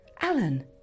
Alan